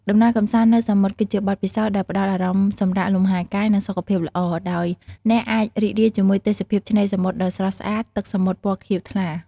ដំណើរកំសាន្តនៅសមុទ្រ គឺជាបទពិសោធន៍ដែលផ្តល់អារម្មណ៍សម្រាកលំហែកាយ និងសុខភាពល្អ ដោយអ្នកអាចរីករាយជាមួយទេសភាពឆ្នេរសមុទ្រដ៏ស្រស់ ស្អាត ទឹកសមុទ្រពណ៌ខៀវថ្លា។